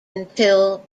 until